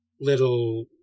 little